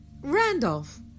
Randolph